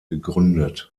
gegründet